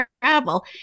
travel